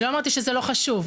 אני לא אמרתי שזה לא חשוב.